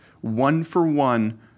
one-for-one